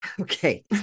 Okay